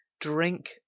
drink